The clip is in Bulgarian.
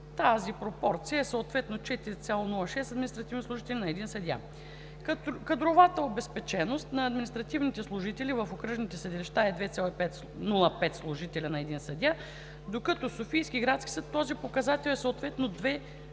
тази пропорция е съответно 4,06 административни служители на един съдия. Кадровата обезпеченост на административните служители в окръжните съдилища е 2,05 служители на един съдия, докато в Софийския градски съд този показател е съответно 2,34